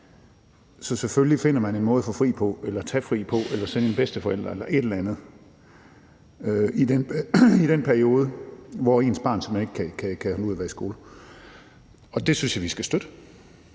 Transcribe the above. Så selvfølgelig finder man en måde at få eller tage fri på, eller man sender en bedsteforælder eller et eller andet i den periode, hvor ens barn simpelt hen ikke kan holde ud at være i skole. Det synes jeg vi skal støtte.